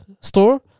store